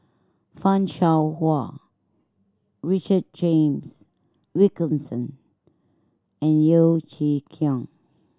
Fan Shao Hua Richard James Wilkinson and Yeo Chee Kiong